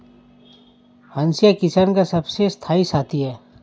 हंसिया किसान का सबसे स्थाई साथी है